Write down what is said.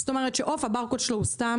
זאת אומרת שעוף הברקוד שלו הוא סתם,